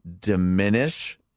diminish